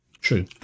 true